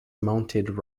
mounted